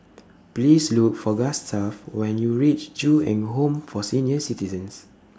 Please Look For Gustaf when YOU REACH Ju Eng Home For Senior Citizens